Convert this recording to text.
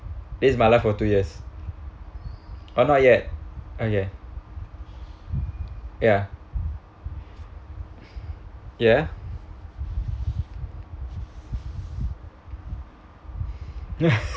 this is my life for two years oh not yet okay ya ya